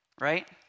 right